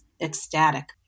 ecstatic